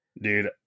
Dude